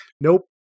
Nope